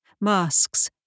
masks